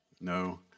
No